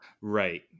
right